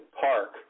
Park